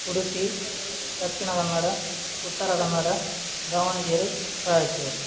Udupi Dakshina Kannada Uttara Kannada Davanagere Raichur